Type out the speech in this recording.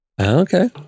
okay